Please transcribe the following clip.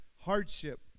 hardship